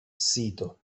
sito